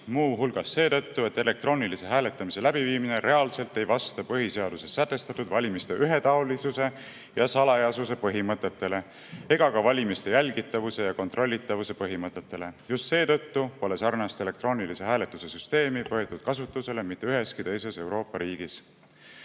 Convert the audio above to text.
muu hulgas seetõttu, et elektroonilise hääletamise läbiviimine reaalselt ei vasta põhiseaduses sätestatud valimiste ühetaolisuse ja salajasuse põhimõttele ega ka valimiste jälgitavuse ja kontrollitavuse põhimõttele. Just seetõttu pole sarnast elektroonilise hääletuse süsteemi võetud kasutusele mitte üheski teises Euroopa riigis.